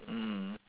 mm